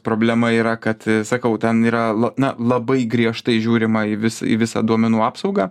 problema yra kad sakau ten yra na labai griežtai žiūrima į vis į visą duomenų apsaugą